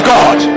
God